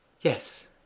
yes